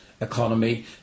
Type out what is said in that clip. economy